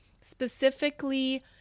specifically